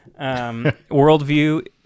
worldview